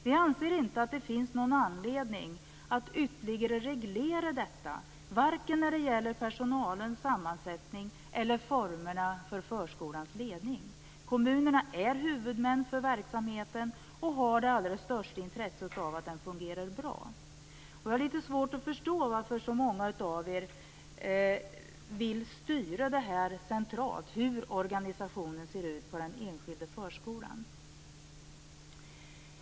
Vi anser inte att det finns någon anledning att ytterligare reglera detta vare sig när det gäller personalens sammansättning eller formerna för förskolans ledning. Kommunerna är huvudmän för verksamheten och har det allra största intresse av att den fungerar bra. Jag har litet svårt att förstå varför så många av er centralt vill styra hur organisationen ser ut på den enskilda förskolan.